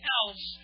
else